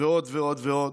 ועוד ועוד ועוד.